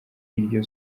iryo